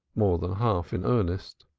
more than half in earnest.